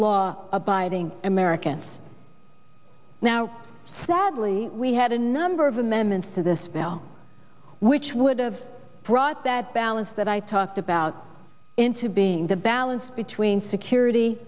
law abiding americans now sadly we had a number of amendments to this bill which would've brought that balance that i talked about into being the balance between security